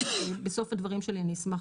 בסוף הדברים שלי אני אשמח